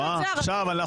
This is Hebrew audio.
הוא